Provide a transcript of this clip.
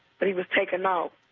but he was taken off,